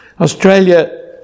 Australia